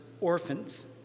orphans